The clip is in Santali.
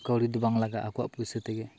ᱠᱟᱹᱣᱰᱤ ᱫᱚ ᱵᱟᱝ ᱞᱟᱜᱟᱜᱼᱟ ᱟᱠᱚᱣᱟᱜ ᱯᱚᱭᱥᱟ ᱛᱮᱜᱮ